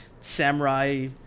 samurai